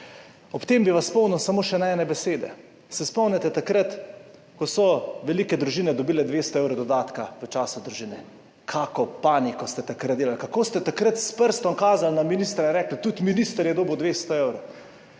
Ob tem bi vas spomnil samo še na ene besede. Se spomnite takrat, ko so velike družine dobile 200 evrov dodatka v času družine, kakšno paniko ste takrat delali, kako ste takrat s prstom kazali na ministra in rekli, tudi minister je dobil 200 evrov,